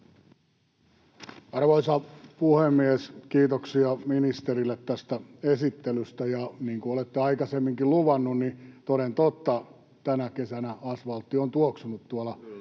Arvoisa puhemies! Kiitoksia ministerille tästä esittelystä, ja niin kuin olette aikaisemminkin luvannut, niin toden totta tänä kesänä asvaltti on tuoksunut tuolla